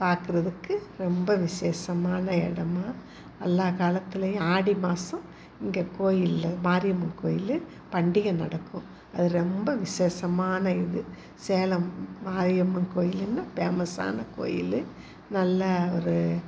பார்க்குறதுக்கு ரொம்ப விசேஷமான இடமா எல்லா காலத்துலையும் ஆடி மாதம் இங்கே கோயில் மாரியம்மன் கோயில் பண்டிகை நடக்கும் அது ரொம்ப விசேஷமான இது சேலம் மாரியம்மன் கோயிலுன்னா பேமஸான கோயில் நல்லா ஒரு